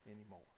anymore